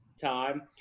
time